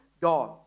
God